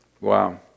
Wow